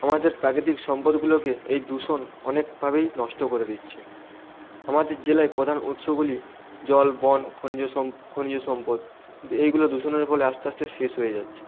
আমাদের প্রাকৃতিক সম্পদগুলোকে এই দূষণ অনেকভাবেই নষ্ট করে দিচ্ছে আমাদের জেলায় প্রধান উৎসগুলি জল বন খনিজ সম খনিজ সম্পদ কিন্তু এইগুলো দূষণের ফলে আস্তে আস্তে শেষ হয়ে যাচ্ছে